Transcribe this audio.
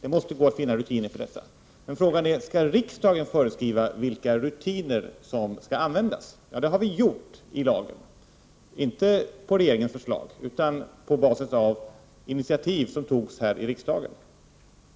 Frågan är bara: Skall riksdagen föreskriva vilka rutiner som skall användas? Det har vi gjort i lagen - inte på regeringens förslag utan på basis av initiativ som togs här i riksdagen.